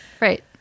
right